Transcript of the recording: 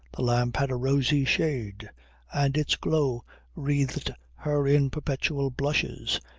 the lamp had a rosy shade and its glow wreathed her in perpetual blushes,